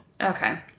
Okay